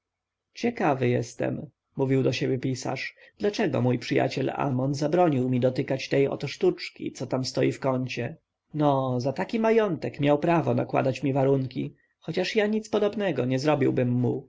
ciekawy jestem mówił do siebie pisarz dlaczego mój przyjaciel amon zabronił mi dotykać tej oto sztuczki co tam stoi w kącie no za taki majątek miał prawo nakładać mi warunki chociaż ja nic podobnego nie zrobiłbym